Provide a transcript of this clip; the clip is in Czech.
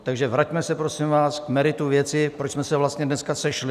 Takže vraťme se, prosím vás, k meritu věci, proč jsme se vlastně dneska sešli!